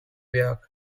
york